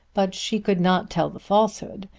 but she could not tell the falsehood,